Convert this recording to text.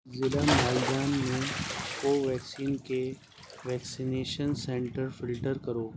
ضلع مالجان میں کوویکسین کے ویکسینیشن سنٹر فلٹر کرو